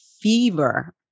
fever